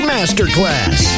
Masterclass